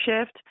shift